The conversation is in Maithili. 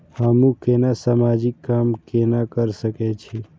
हमू केना समाजिक काम केना कर सके छी?